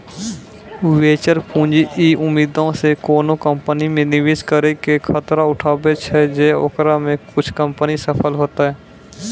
venture पूंजी इ उम्मीदो से कोनो कंपनी मे निवेश करै के खतरा उठाबै छै जे ओकरा मे कुछे कंपनी सफल होतै